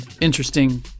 interesting